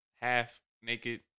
half-naked